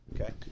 Okay